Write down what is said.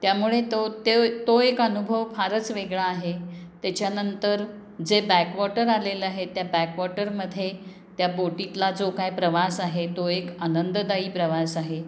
त्यामुळे तो त्यो तो एक अनुभव फारच वेगळा आहे त्याच्यानंतर जे बॅकवॉटर आलेलं आहे त्या बॅकवॉटरमध्ये त्या बोटीतला जो काय प्रवास आहे तो एक आनंददायी प्रवास आहे